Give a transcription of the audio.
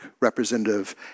representative